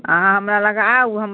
अहाँ हमरा लग आउ हम